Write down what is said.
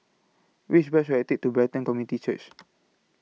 Which Bus should I Take to Brighton Community Church